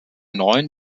neun